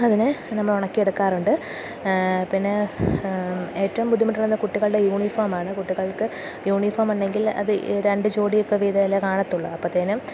അതിനെ നമ്മള് ഉണക്കിയെടുക്കാറുണ്ട് പിന്നെ ഏറ്റവും ബുദ്ധിമുട്ടണ്ടുന്നതു കുട്ടികളുടെ യൂണിഫോമാണ് കുട്ടികൾക്ക് യൂണിഫോം ഉണ്ടെങ്കിൽ അത് ഈ രണ്ട് ജോടിയൊക്കെ വീതമല്ലേ കാണത്തുള്ളൂ അപ്പോഴത്തേനും